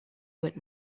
went